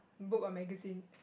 book or magazine